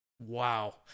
wow